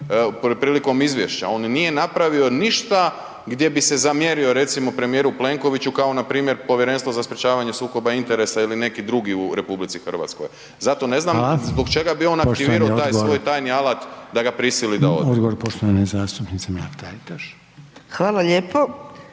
prilikom izvješća. On nije napravio ništa gdje bi se zamjerio recimo premijeru Plenkoviću kao recimo Povjerenstvo za sprečavanje sukoba interesa ili neki drugi u RH, zato ne znam zbog čega bi on aktivirao taj svoj tajni alat da ga prisili da ode. **Reiner, Željko (HDZ)** Odgovor poštovane